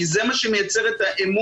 כי זה מה שמייצר את האמון,